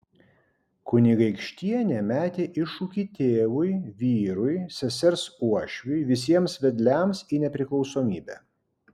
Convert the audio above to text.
kunigaikštienė metė iššūkį tėvui vyrui sesers uošviui visiems vedliams į nepriklausomybę